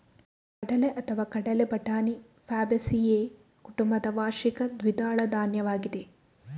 ಕಡಲೆಅಥವಾ ಕಡಲೆ ಬಟಾಣಿ ಫ್ಯಾಬೇಸಿಯೇ ಕುಟುಂಬದ ವಾರ್ಷಿಕ ದ್ವಿದಳ ಧಾನ್ಯವಾಗಿದೆ